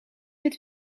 dit